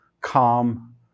calm